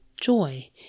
joy